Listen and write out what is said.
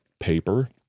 paper